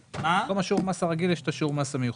במקום שיעור המס הרגיל יש את שיעור המס המיוחד.